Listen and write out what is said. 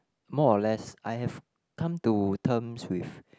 more or less I have come to terms with